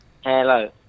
Hello